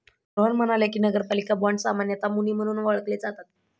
रोहन म्हणाले की, नगरपालिका बाँड सामान्यतः मुनी म्हणून ओळखले जातात